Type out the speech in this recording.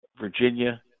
Virginia